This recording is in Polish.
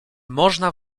można